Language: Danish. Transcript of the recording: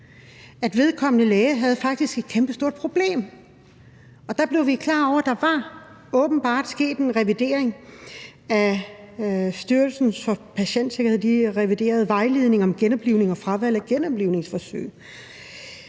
Vedkommende læge havde faktisk et kæmpestort problem, og der blev vi klar over, at der åbenbart var sket en revidering. Styrelsen for Patientsikkerhed havde revideret vejledningen om genoplivning og fravalg af genoplivningsforsøg,